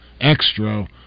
extra –